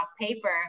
paper